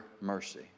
mercy